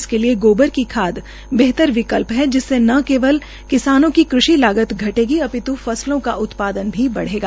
इसके लिए गोबर को खाद बेहतर विकल्प है जिससे ने केवल किसानों की कृषि लागत घटेगी अपित् फसलों का उत्पादन भी बढ़ेगा